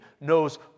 knows